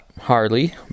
Harley